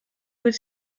would